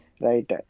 right